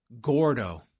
Gordo